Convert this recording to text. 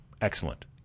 excellent